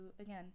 again